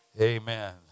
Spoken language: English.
amen